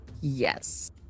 Yes